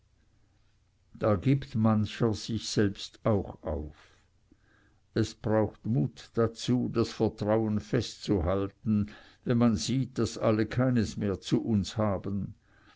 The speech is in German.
da gibt mancher sich selbst auch auf es braucht mut dazu das vertrauen festzuhalten wenn man sieht daß alle keines mehr zu uns haben